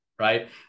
right